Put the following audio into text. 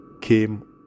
came